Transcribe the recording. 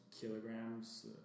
kilograms